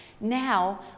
Now